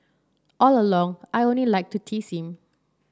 all along I only like to tease him